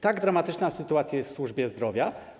Tak dramatyczna sytuacja jest w służbie zdrowia.